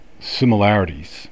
similarities